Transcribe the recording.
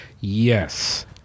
yes